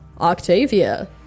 Octavia